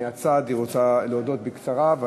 היא רוצה להודות בקצרה מהצד,